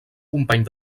company